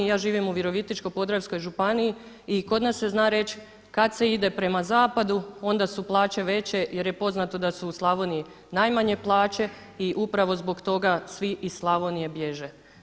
Ja živim u Virovitičko-podravskoj županiji i kod nas se zna reći kad se ide prema zapadu onda su plaće veće, jer je poznato da su u Slavoniji najmanje plaće i upravo zbog toga svi iz Slavonije bježe.